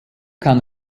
kann